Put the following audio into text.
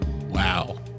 Wow